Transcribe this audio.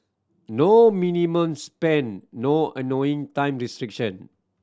no minimum spend no annoying time restriction